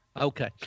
Okay